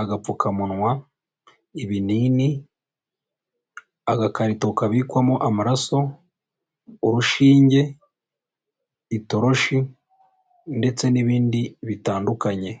agapfukamunwa, ibinini, agakarito kabikwamo amaraso, urushinge, itoroshi ndetse n'ibindi bitandukanye.